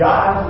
God